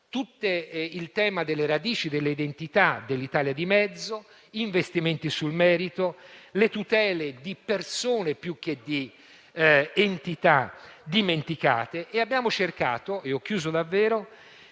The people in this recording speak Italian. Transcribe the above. il tema delle radici e delle identità dell'Italia di mezzo, investimenti sul merito, le tutele di persone più che di entità dimenticate. Abbiamo cercato di ricostruire